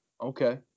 okay